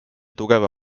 tugeva